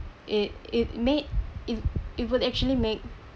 it it made if it would actually make